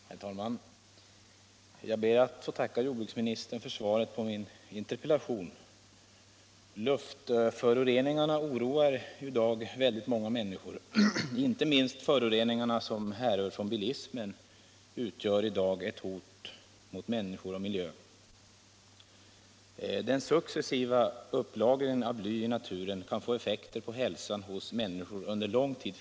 Herr talman! Jag ber att få tacka jordbruksministern för svaret på min interpellation. Luftföroreningarna oroar i dag väldigt många människor. Inte minst de föroreningar som härrör från bilismen utgör i dag ett hot mot människor och miljö. Den successiva upplagringen av bly i naturen kan under lång tid framåt få effekter på hälsan hos människor.